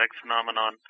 phenomenon